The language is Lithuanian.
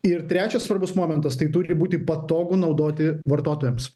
ir trečias svarbus momentas tai turi būti patogu naudoti vartotojams